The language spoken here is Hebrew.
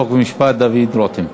חוק ומשפט דוד רותם.